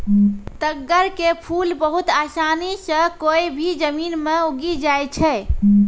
तग्गड़ के फूल बहुत आसानी सॅ कोय भी जमीन मॅ उगी जाय छै